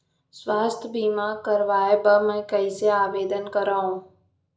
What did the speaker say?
स्वास्थ्य बीमा करवाय बर मैं कइसे आवेदन करव?